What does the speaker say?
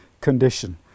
condition